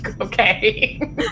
Okay